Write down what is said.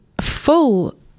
full